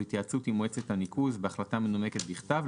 בהתייעצות עם מועצת הניקוז ובהחלטה מנומקת בכתב,